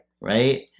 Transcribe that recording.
Right